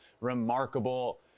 remarkable